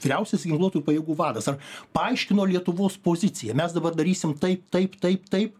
vyriausias ginkluotųjų pajėgų vadas ar paaiškino lietuvos poziciją mes dabar darysim taip taip taip taip